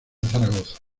zaragoza